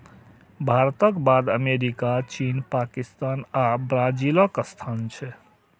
भारतक बाद अमेरिका, चीन, पाकिस्तान आ ब्राजीलक स्थान छै